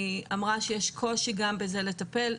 היא אמרה שיש קושי גם בזה לטפל.